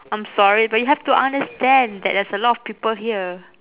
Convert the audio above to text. I'm sorry but you have to understand that there's a lot of people here